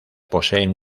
poseen